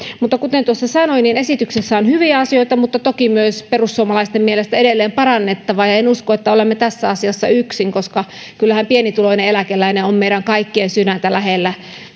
kuten tuossa sanoin niin esityksessä on hyviä asioita mutta toki myös perussuomalaisten mielestä edelleen parannettavaa en usko että olemme tässä asiassa yksin koska kyllähän pienituloinen eläkeläinen on meidän kaikkien sydäntä lähellä